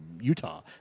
Utah